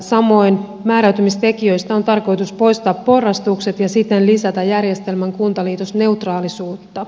samoin määräytymistekijöistä on tarkoitus poistaa porrastukset ja siten lisätä järjestelmän kuntaliitosneutraalisuutta